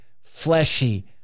fleshy